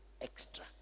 extra